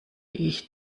ich